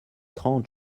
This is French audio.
trente